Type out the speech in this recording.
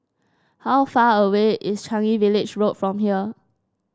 how far away is Changi Village Road from here